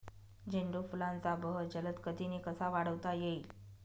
झेंडू फुलांचा बहर जलद गतीने कसा वाढवता येईल?